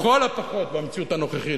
לכל הפחות במציאות הנוכחית,